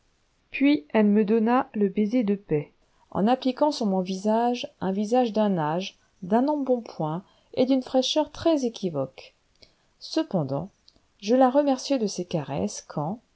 puis elle me donna le baiser de paix en appliquant sur mon visage un visage d'un âge d'un embonpoint et d'une fraîcheur très équivoques cependant je la remerciais de ses caresses quand